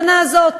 לשנה הזאת.